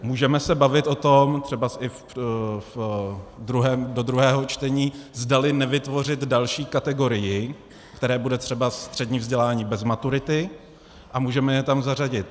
Můžeme se bavit o tom, třeba i do druhého čtení, zdali nevytvořit další kategorii, v které bude třeba střední vzdělání bez maturity, a můžeme je tam zařadit.